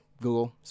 Google